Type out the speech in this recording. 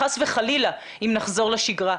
חס וחלילה אם נחזור לשגרה,